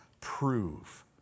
Prove